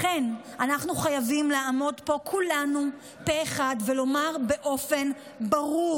לכן אנחנו חייבים לעמוד פה כולנו פה אחד ולומר באופן ברור: